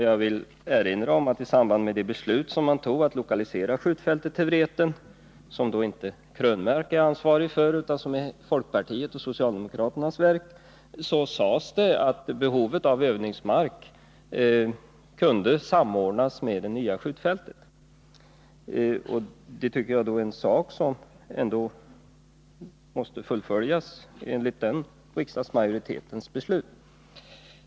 Jag vill erinra om att i samband med att man fattade beslutet om att lokalisera skjutfältet till Vreten — det beslutet är inte Eric Krönmark ansvarig för, utan det är folkpartiets och socialdemokraternas verk — sades det att behovet av övningsmark kunde samordnas med det nya skjutfältet. Det är en sak som måste fullföljas enligt riksdagens beslut.